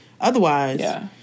Otherwise